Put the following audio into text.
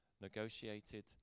negotiated